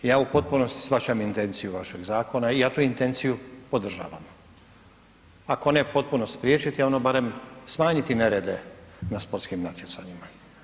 Ja u potpunosti shvaćam intenciju vašeg zakona i ja tu intenciju podržavam, ako ne potpuno spriječiti ono barem smanjiti nerede na sportskim natjecanjima.